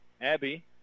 Abby